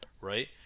right